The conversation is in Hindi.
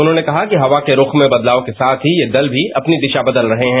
उन्होंने कहा कि हवा के रुख में बदलाव के साथ ही यह दल भी अपनी दिशा बदल रहे हैं